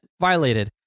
violated